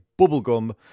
Bubblegum